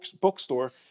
bookstore